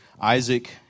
Isaac